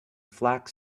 flack